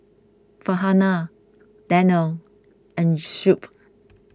Farhanah Danial and Shuib